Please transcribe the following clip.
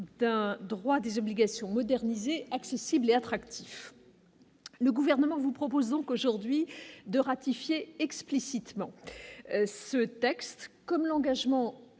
d'un droit des obligations moderniser accessible et attractif, le gouvernement vous propose donc aujourd'hui de ratifier explicitement ce texte comme l'engagement en